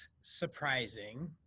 surprising